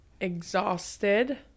exhausted